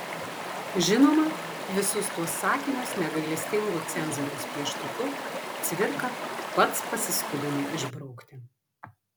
žinoma visus tuos sakinius negailestingu cenzoriaus pieštuku cvirka pats pasiskubino išbraukti